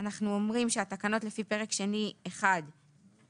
אנחנו אומרים שהתקנות לפי פרק שני 1 יובאו